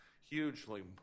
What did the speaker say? hugely